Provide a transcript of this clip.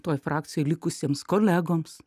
toj frakcijoj likusiems kolegoms